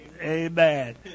Amen